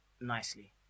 nicely